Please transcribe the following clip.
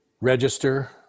register